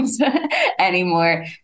anymore